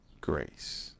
grace